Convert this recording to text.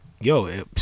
yo